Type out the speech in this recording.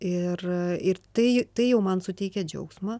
ir ir tai tai jau man suteikia džiaugsmą